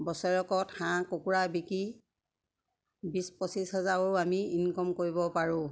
বছৰেকত হাঁহ কুকুৰা বিকি বিছ পঁচিছ হাজাৰো আমি ইনকম কৰিব পাৰোঁ